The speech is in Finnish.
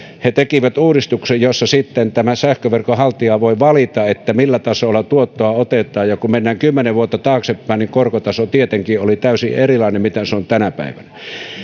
he ovat tehneet uudistuksen jossa sähköverkon haltija voi valita millä tasolla tuottoa otetaan ja kun mennään kymmenen vuotta taaksepäin niin korkotaso tietenkin oli täysin erilainen kuin se on tänä päivänä